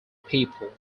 people